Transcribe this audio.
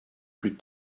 plus